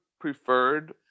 preferred